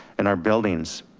and our buildings.